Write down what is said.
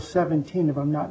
seventeen of i'm not